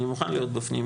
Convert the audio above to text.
אני מוכן להיות בפנים.